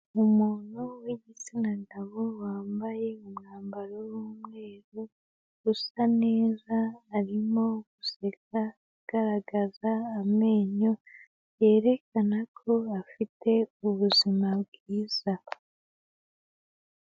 Umuntu w'igitsina gabo, wambaye umwambaro w'umweru usa neza, arimo guseka agaragaza amenyo, yerekana ko afite ubuzima bwiza.